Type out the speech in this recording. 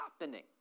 happening